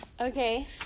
Okay